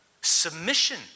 submission